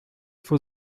for